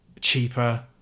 cheaper